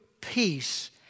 peace